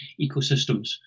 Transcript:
ecosystems